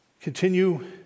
continue